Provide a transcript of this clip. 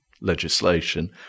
legislation